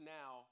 now